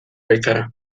baikara